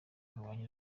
abanye